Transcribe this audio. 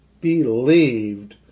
believed